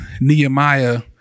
Nehemiah